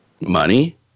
money